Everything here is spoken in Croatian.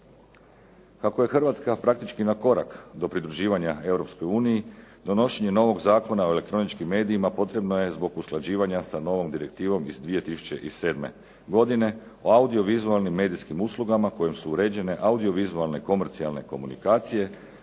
Kako je Hrvatska praktički na korak do pridruživanja Europskoj uniji donošenje novog Zakona o elektroničkim medijima potrebna je zbog usklađivanja sa novom direktivom iz 2007. godine o audio-vizualnim medijskim uslugama kojim su uređene audio-vizualne komercijalne komunikacije,